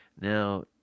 Now